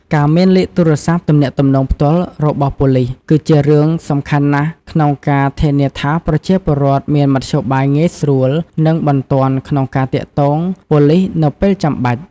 ការមានលេខទូរស័ព្ទទំនាក់ទំនងផ្ទាល់របស់ប៉ូលិស គឺជារឿងសំខាន់ណាស់ក្នុងការ ធានាថាប្រជាពលរដ្ឋមានមធ្យោបាយងាយស្រួល និងបន្ទាន់ក្នុងការទាក់ទងប៉ូលីសនៅពេលចាំបាច់។